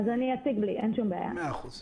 אני אציג בלי המצגת.